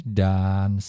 dan